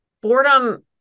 boredom